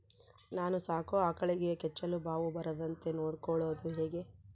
ನಾನು ಸಾಕೋ ಆಕಳಿಗೆ ಕೆಚ್ಚಲುಬಾವು ಬರದಂತೆ ನೊಡ್ಕೊಳೋದು ಹೇಗೆ?